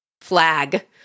flag